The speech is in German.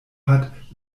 hat